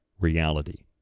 reality